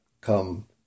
come